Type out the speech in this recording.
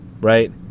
right